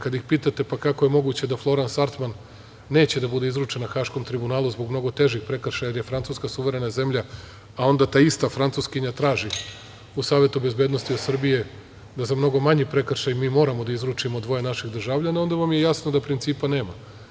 Kada ih pitate - kako je moguće da Florans Artman neće da bude izručena Haškom tribunalu zbog mnogo težih prekršaja, jer je Francuska suverena zemlja, a onda ta ista Francuskinja traži u Savetu bezbednosti od Srbije da za mnogo manji prekršaj mi moramo da izručimo dvoje naših državljana, onda vam je jasno da principa nema.